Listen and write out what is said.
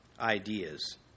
ideas